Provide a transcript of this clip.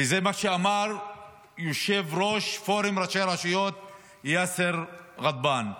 וזה מה שאמר יושב-ראש פורום ראשי הרשויות יאסר ג'דבאן: